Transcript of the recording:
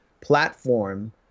platform